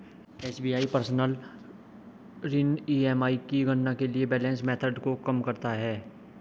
SBI personal ऋण EMI की गणना के लिए बैलेंस मेथड को कम करता है